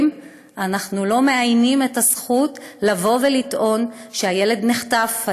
אנחנו לא מאיינים את הזכות לטעון שהילד נחטף,